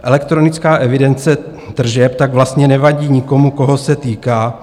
Elektronická evidence tržeb tak vlastně nevadí nikomu, koho se týká.